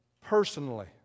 personally